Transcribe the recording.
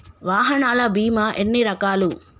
వాహనాల బీమా ఎన్ని రకాలు?